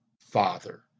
father